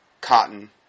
cotton